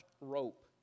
rope